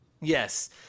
Yes